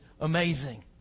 amazing